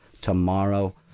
tomorrow